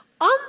On